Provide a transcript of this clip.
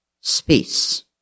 space